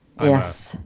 yes